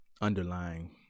underlying